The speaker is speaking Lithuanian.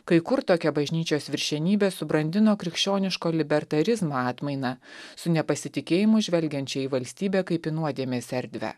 kai kur tokia bažnyčios viršenybė subrandino krikščioniško libertarizmo atmainą su nepasitikėjimu žvelgiančią į valstybę kaip į nuodėmės erdvę